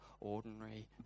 ordinary